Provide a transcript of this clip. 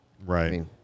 right